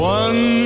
one